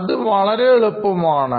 അത് വളരെ എളുപ്പമാണ്